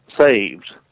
saved